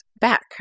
back